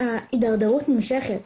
ההתדרדרות נמשכת,